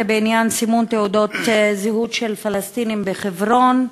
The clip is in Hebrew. זה בעניין סימון תעודות זהות של פלסטינים בחברון.